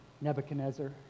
Nebuchadnezzar